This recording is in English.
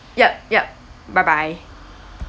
yup yup bye bye